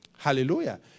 Hallelujah